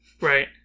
Right